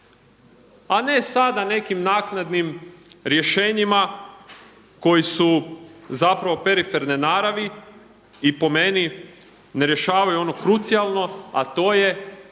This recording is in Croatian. a ne sada nekim naknadnim rješenjima koja su zapravo periferne naravi i po meni ne rješavaju ono krucijalno, a to je